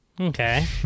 Okay